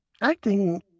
acting